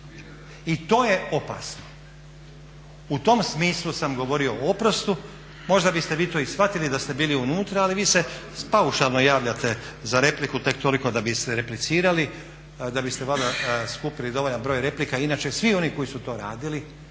i to je opasno. U tom smislu sam govorio o oprostu. Možda biste vi to i shvatili da ste bili unutra, ali vi se paušalno javljate za repliku, tek toliko da biste replicirali, da biste valjda skupili dovoljan broj replika. Inače, svi oni koji su to radili,